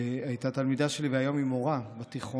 שהייתה תלמידה שלי והיום היא מורה בתיכון,